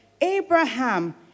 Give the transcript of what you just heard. Abraham